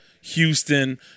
Houston